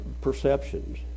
perceptions